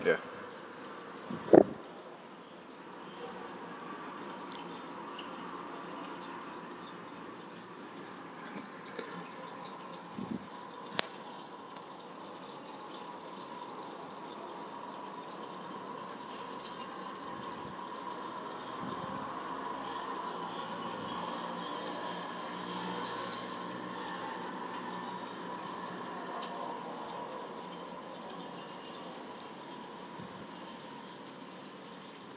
ya